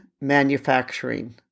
manufacturing